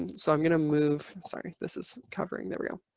and so i'm going to move sorry this is covering. there we go.